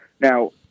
Now